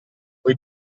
puoi